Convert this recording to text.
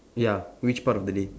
ya which part of the day